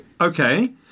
Okay